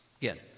Again